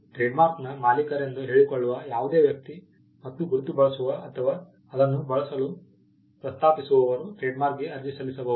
ಟ್ರೇಡ್ಮಾರ್ಕ್ನ ಮಾಲೀಕರೆಂದು ಹೇಳಿಕೊಳ್ಳುವ ಯಾವುದೇ ವ್ಯಕ್ತಿ ಮತ್ತು ಗುರುತು ಬಳಸುವ ಅಥವಾ ಅದನ್ನು ಬಳಸಲು ಪ್ರಸ್ತಾಪಿಸುವವರು ಟ್ರೇಡ್ಮಾರ್ಕ್ಗೆ ಅರ್ಜಿ ಸಲ್ಲಿಸಬಹುದು